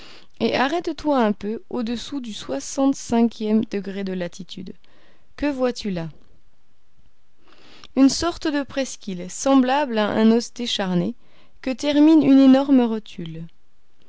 et arrête-toi un peu au-dessous du soixante cinquième degré de latitude que vois-tu là une sorte de presqu'île semblable à un os décharné que termine une énorme rotule